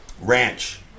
Ranch